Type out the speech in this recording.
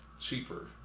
cheaper